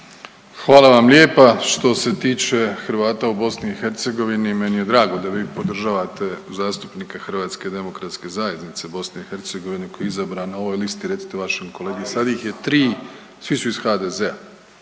Hvala vam lijepa. Što se tiče Hrvata u BiH meni je drago da vi podržavate zastupnika HDZ-a BiH koji je izabran na ovoj listi, recite to vašem kolegi, sad ih je 3, svi su iz HDZ-a,